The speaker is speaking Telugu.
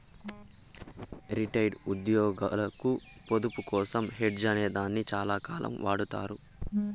రిటైర్డ్ ఉద్యోగులకు పొదుపు కోసం హెడ్జ్ అనే దాన్ని చాలాకాలం వాడతారు